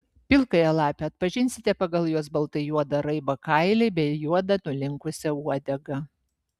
pilkąją lapę atpažinsite pagal jos baltai juodą raibą kailį bei juodą nulinkusią uodegą